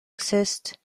exist